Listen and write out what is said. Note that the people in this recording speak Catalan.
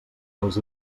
dels